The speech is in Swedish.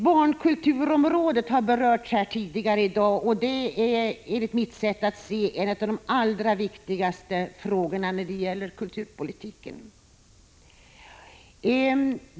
Barnkulturen har berörts tidigare här i dag, och det är enligt mitt sätt att se en av de allra viktigaste frågorna inom kulturpolitiken.